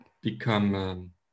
become